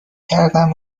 کردم